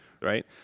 right